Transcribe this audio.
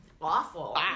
Awful